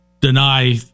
deny